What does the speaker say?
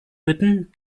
bitten